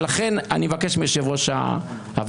ולכן אני מבקש מיושב-ראש הוועדה,